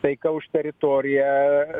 taika už teritoriją